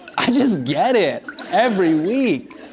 i just get it every week.